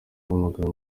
ampamagara